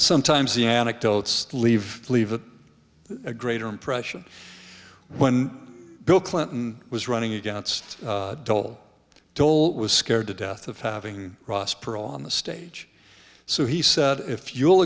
sometimes the anecdotes that leave leave of a greater impression when bill clinton was running against dole dole was scared to death of having ross perot on the stage so he said if you'll